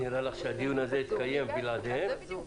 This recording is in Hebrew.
נראה לך שהדיון הזה יתקיים בלעדיהם?